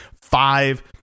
five